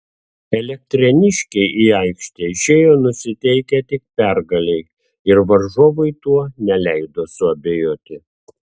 elektrėniškiai į aikštę išėjo nusiteikę tik pergalei ir varžovui tuo neleido suabejoti